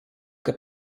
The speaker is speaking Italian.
che